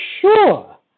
sure